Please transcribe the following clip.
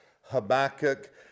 Habakkuk